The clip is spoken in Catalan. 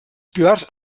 pilars